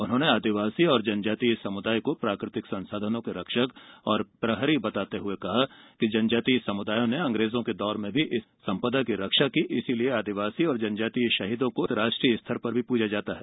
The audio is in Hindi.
उन्होंने आदिवासी और जनजातीय समुदाय को प्राकृतिक संसाधनों के रक्षक और प्रहरी बताते हुए कहा कि जनजातीय समुदायों ने अग्रेजों के दौर में भी इस सम्पदा की रक्षा की इसलिए आदिवासी और जनजातीय शहीदों को स्थानीय के साथ साथ राष्ट्रीय स्तर पर पूजा जाता है